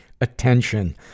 attention